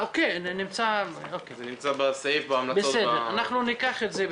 אוקיי, בסדר, אנחנו ניקח את זה בחשבון.